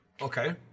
Okay